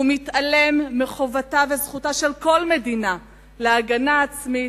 הוא מתעלם מחובתה וזכותה של כל מדינה להגנה עצמית,